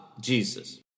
Jesus